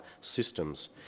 systems